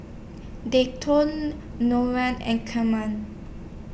Dayton Orlo and Carma